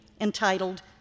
entitled